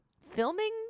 filming